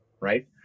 right